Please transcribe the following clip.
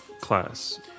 class